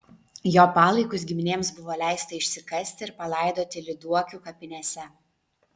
jo palaikus giminėms buvo leista išsikasti ir palaidoti lyduokių kapinėse